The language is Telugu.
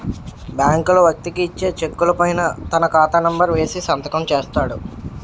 బ్యాంకులు వ్యక్తికి ఇచ్చే చెక్కుల పైన తన ఖాతా నెంబర్ వేసి సంతకం చేస్తాడు